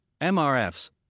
MRFs